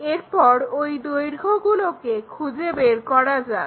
এরপর ওই দৈর্ঘ্যগুলোকে খুঁজে বের করা যাক